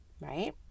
right